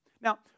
Now